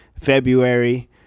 February